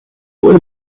would